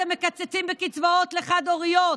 אתם מקצצים בקצבאות לחד-הוריות,